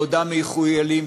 בעודם מחוילים,